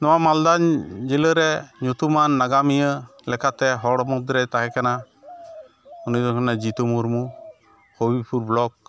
ᱱᱚᱣᱟ ᱢᱟᱞᱫᱟ ᱡᱮᱞᱟᱨᱮ ᱧᱩᱛᱩᱢᱟᱱ ᱱᱟᱜᱟᱢᱤᱭᱟᱹ ᱞᱮᱠᱟᱛᱮ ᱦᱚᱲ ᱢᱩᱫᱽᱨᱮᱭ ᱛᱟᱦᱮᱸᱠᱟᱱᱟ ᱩᱱᱤᱫᱚᱭ ᱦᱩᱱᱟᱹᱝ ᱡᱤᱛᱩ ᱢᱩᱨᱢᱩ ᱠᱳᱞᱯᱷᱩᱨ ᱵᱞᱚᱠ